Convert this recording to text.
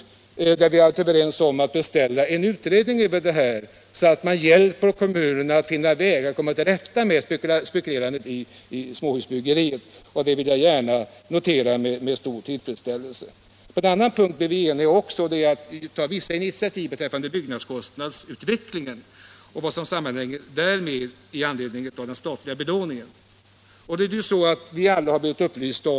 Vi är alltså överens om att beställa en utredning för att vi skall kunna hjälpa kommunerna att finna vägar att komma till rätta med spekulationerna på det här området. Jag noterar denna enighet med stor tillfredsställelse. När det gäller att ta vissa initiativ beträffande byggnadskostnadsutvecklingen och därmed sammanhängande frågor med anledning av den statliga belåningen är vi också överens.